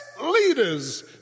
leaders